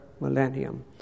millennium